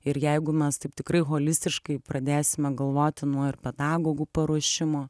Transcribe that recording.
ir jeigu mes taip tikrai holistiškai pradėsime galvoti nuo ir pedagogų paruošimo